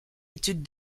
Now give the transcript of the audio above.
études